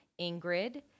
Ingrid